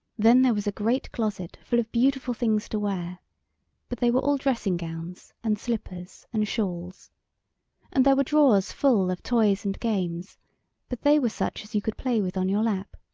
then there was a great closet full of beautiful things to wear but they were all dressing-gowns and slippers and shawls and there were drawers full of toys and games but they were such as you could play with on your lap.